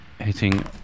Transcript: hitting